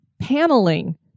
paneling